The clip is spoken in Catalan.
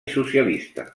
socialista